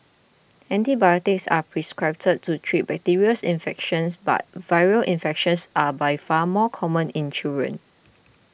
antibiotics are prescribed to treat bacterial infections but viral infections are by far more common in children